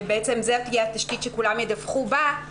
וזאת תהיה התשתית שבה כולם ידווחו.